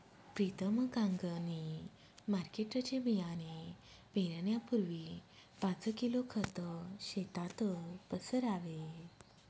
प्रीतम कांगणी मार्केटचे बियाणे पेरण्यापूर्वी पाच किलो खत शेतात पसरावे